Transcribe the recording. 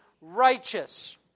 righteous